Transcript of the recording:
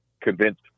convinced